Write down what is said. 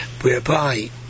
whereby